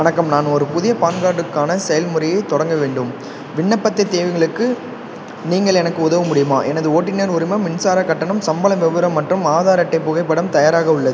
வணக்கம் நான் ஒரு புதிய பான் கார்டுக்கான செயல்முறையைத் தொடங்க வேண்டும் விண்ணப்பத் தேவைங்களுக்கு நீங்கள் எனக்கு உதவ முடியுமா எனது ஓட்டுநர் உரிமம் மின்சாரக் கட்டணம் சம்பள விபரம் மற்றும் ஆதார் அட்டை புகைப்படம் தயாராக உள்ளன